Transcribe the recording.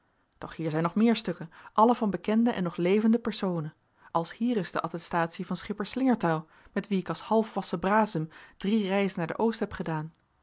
doch hier zijn nog meer stukken alle van bekende en nog levende personen als hier is de attestatie van schipper slingertouw met wien ik als halfwassen brasem drie reizen naar de oost heb gedaan